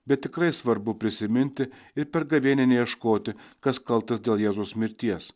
bet tikrai svarbu prisiminti ir per gavėnią ieškoti kas kaltas dėl jėzus mirties